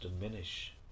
diminish